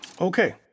Okay